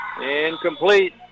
Incomplete